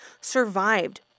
survived